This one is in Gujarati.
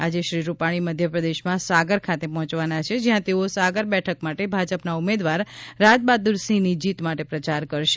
આજે શ્રી રૂપાણી મધ્યપ્રદેશમાં સાગર ખાતે પહોંચવાના છે જ્યાં તેઓ સાગર બેઠક માટે ભાજપના ઉમેદવાર રાજબહાદૂરસિંહની જીત માટે પ્રચાર કરશે